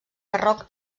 barroc